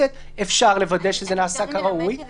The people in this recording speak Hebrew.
אפשר לפרק את זה להרבה גורמים